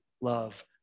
love